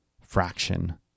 fraction